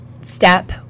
step